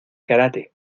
karate